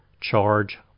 charge